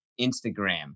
Instagram